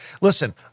Listen